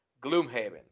Gloomhaven